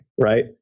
right